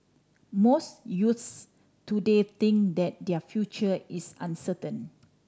most youths today think that their future is uncertain